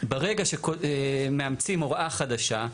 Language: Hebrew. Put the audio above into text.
ברגע שמאמצים הוראה חדשה,